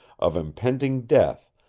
of impending death,